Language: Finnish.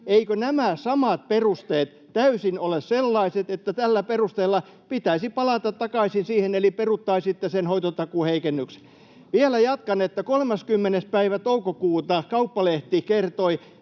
Eivätkö nämä samat perusteet täysin ole sellaiset, että näillä perusteilla pitäisi palata takaisin siihen eli peruuttaisitte sen hoitotakuun heikennykset? Vielä jatkan, että 30. päivä toukokuuta Kauppalehti kertoi